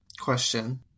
Question